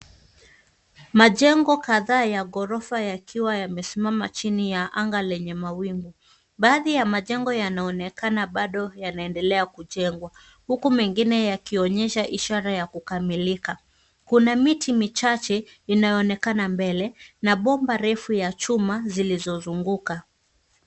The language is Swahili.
Majengo kadhaa ya ghorofa yakiwa yamesimama chini ya anga lenye mawingu. Baadhi ya majengo yanaonekana bado yanaendelea kujengwa huku mengine yakionyesha ishara ya kukamilika. Kuna miti michache inayoonekana mbele na bomba refu ya chuma zilizozunguka.